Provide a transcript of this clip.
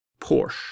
Porsche